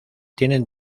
tienen